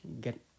get